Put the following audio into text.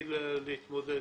שנתחיל להתמודד.